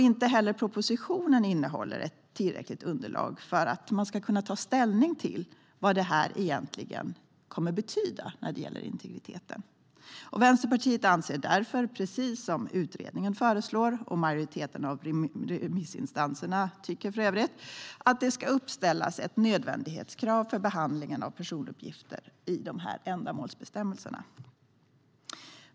Inte heller propositionen innehåller ett tillräckligt underlag för att man ska kunna ta ställning till vad det här egentligen kommer att betyda när det gäller integriteten. Vänsterpartiet anser därför, precis som utredningen föreslår och som för övrigt majoriteten av remissinstanserna tycker, att det ska uppställas ett nödvändighetskrav för behandlingen av personuppgifter i de här ändamålsbestämmelserna.